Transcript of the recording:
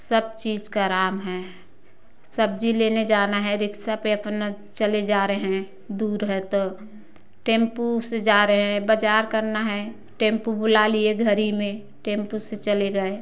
सब चीज का आराम है सब्जी लेने जाना है रिक्शा पर अपना चले जा रहे हैं दूर है तो टेंपू से जा रहे है बाजार करना है टेंपू बुला लिए घर ही में टेंपू से चले गए